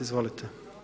Izvolite.